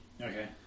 Okay